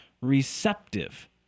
receptive